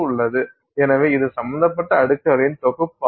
எனவே இது சம்பந்தப்பட்ட அடுக்குகளின் தொகுப்பாகும்